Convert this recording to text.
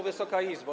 Wysoka Izbo!